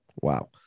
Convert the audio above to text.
Wow